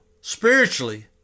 spiritually